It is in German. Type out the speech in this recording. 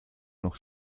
noch